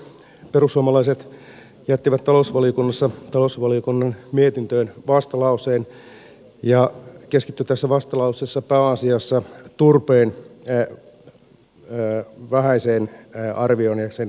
perussuomalaiset jättivät talousvaliokunnassa talousvaliokunnan mietintöön vastalauseen ja keskittyivät tässä vastalauseessa pääasiassa turpeen vähäiseen arvioon ja sen käyttöön ja sen näkymiin